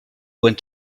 went